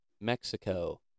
Mexico